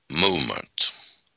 movement